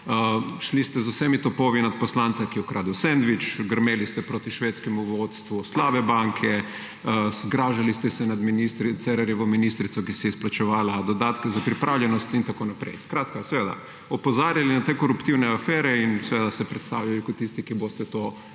šli ste z vsemi topovi nad poslanca, ki je ukradel sendvič, grmeli ste proti švedskemu vodstvu slabe banke, zgražali ste se nad ministri, Cerarjevo ministrico, ki si je izplačevala dodatke za pripravljenost in tako naprej. Skratka, opozarjali ste na te koruptivne afere in se predstavljali kot tisti, ki boste to,